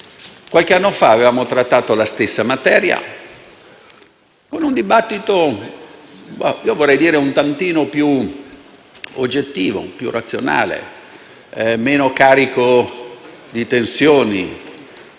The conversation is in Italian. Qualche anno fa avevamo trattato la stessa materia, con un dibattito un tantino più oggettivo e razionale, meno carico di tensioni,